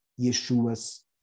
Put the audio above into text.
Yeshua's